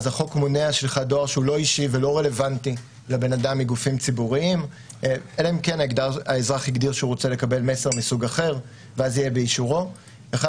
החוק מונע שליחת דואר מגופים ציבוריים שהוא לא אישי ולא רלוונטי,